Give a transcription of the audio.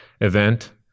event